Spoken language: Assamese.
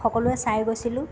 সকলোৱে চাই গৈছিলোঁ